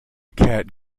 cat